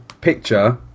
picture